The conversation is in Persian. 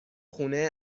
خونه